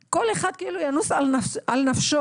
כל אחד ינוס על נפשו.